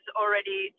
already